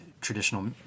traditional